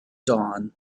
dawn